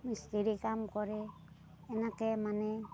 মিস্ত্ৰী কাম কৰে এনেকে মানে